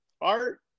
art